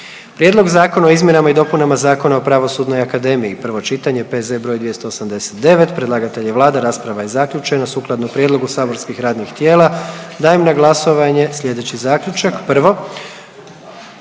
Prijedlog zakona o gnojidbenim proizvodima, prvo čitanje, P.Z.E. br. 307. Predlagatelj je vlada, rasprava je zaključena. Sukladno prijedlogu saborskih radnih tijela dajem na glasovanje sljedeći zaključak: „1.